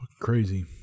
crazy